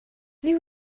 нэг